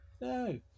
No